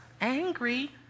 angry